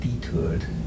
detoured